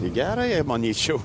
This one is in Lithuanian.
į gerąją manyčiau